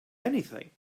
anything